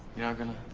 you're not gonna?